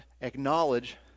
acknowledge